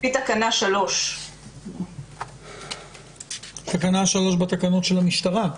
לפי תקנה 3. תקנה 3 בתקנות של המשטרה?